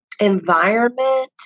environment